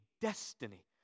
destiny